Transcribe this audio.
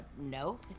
no